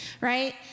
Right